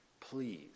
please